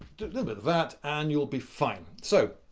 little bit of that and you'll be fine. so,